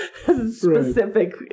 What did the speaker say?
specific